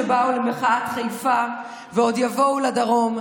שבאו למחאת חיפה ועוד יבואו לדרום.